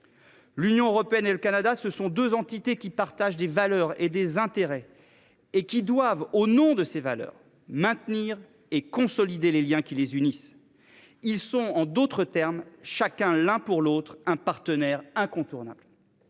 L’Union européenne et le Canada, ce sont deux entités qui partagent des valeurs et des intérêts, et qui doivent, au nom de ces valeurs, maintenir et consolider les liens qui les unissent. En d’autres termes, ils sont, l’un pour l’autre, un partenaire incontournable.